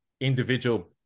individual